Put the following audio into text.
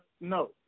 No